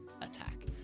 attack